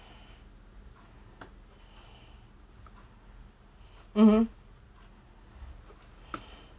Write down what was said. mmhmm